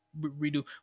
redo